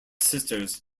sisters